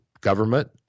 government